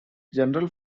general